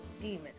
demon